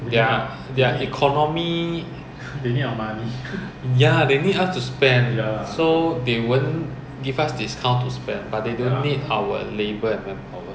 mm mm no and the stupid thing is that you see ah in singapore buses lorry ah speed limit sixty